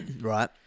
Right